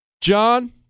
John